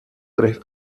tres